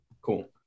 Cool